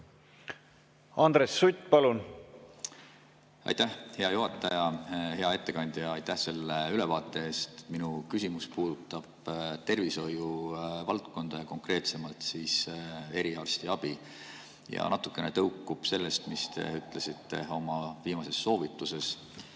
eest? Aitäh, hea juhataja! Hea ettekandja, aitäh selle ülevaate eest! Minu küsimus puudutab tervishoiu valdkonda ja konkreetsemalt eriarstiabi. See natukene tõukub sellest, mis te ütlesite oma viimases soovituses,